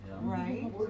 Right